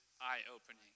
eye-opening